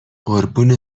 قربون